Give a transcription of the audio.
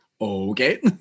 Okay